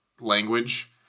language